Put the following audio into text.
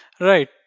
Right